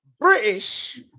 British